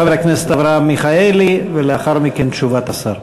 חבר הכנסת אברהם מיכאלי, ולאחר מכן תשובת השר.